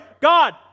God